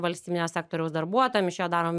valstybinio sektoriaus darbuotojams iš jo darom